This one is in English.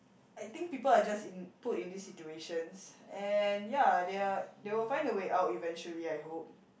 I think people are just in put in these situations and ya they are they will find their way out eventually I hope